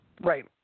Right